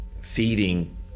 feeding